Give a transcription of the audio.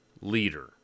leader